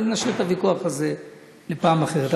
אבל נשאיר את הוויכוח הזה לפעם אחרת.